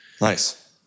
Nice